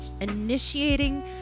initiating